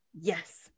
yes